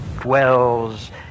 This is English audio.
dwells